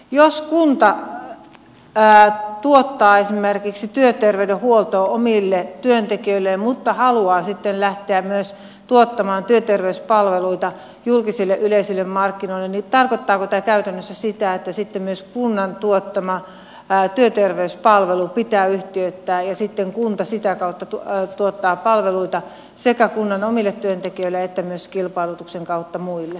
jos kunta tuottaa esimerkiksi työterveydenhuoltoa omille työntekijöilleen mutta haluaa sitten lähteä tuottamaan työterveyspalveluita myös julkisille yleisille markkinoille niin tarkoittaako tämä käytännössä sitä että sitten myös kunnan tuottama työterveyspalvelu pitää yhtiöittää ja sitten kunta sitä kautta tuottaa palveluita sekä kunnan omille työntekijöille että myös kilpailutuksen kautta muille mahdollisille toimijoille